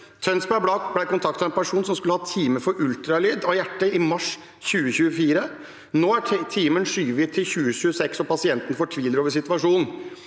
Tønsbergs Blad ble kontaktet av en person som skulle ha time for ultralyd av hjertet i mars 2024. Nå er timen skjøvet til 2026, og pasienten fortviler over situasjonen.